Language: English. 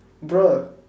bruh